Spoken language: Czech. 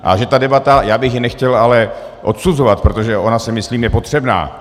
A že ta debata, já bych ji nechtěl ale odsuzovat, protože ona, si myslím, že je potřebná.